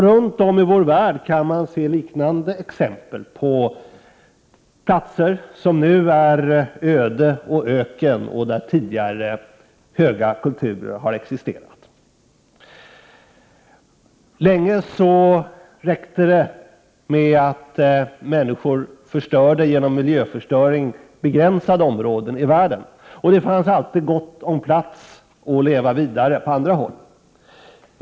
Runt om i vår värld kan man se liknande exempel på platser som nu är öde och öken men där tidigare höga kulturer har existerat. Länge räckte det med att människor ägnade sig åt miljöförstöring i begränsade områden i världen. Det fanns alltid gott om plats att leva vidare på andra håll.